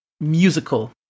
musical